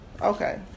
Okay